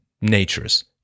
natures